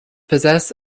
possess